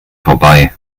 vorbei